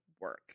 work